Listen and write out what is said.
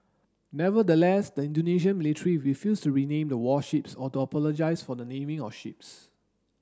nevertheless the Indonesian military refused to rename the warships or to apologise for the naming of ships